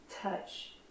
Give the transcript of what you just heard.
touch